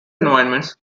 environments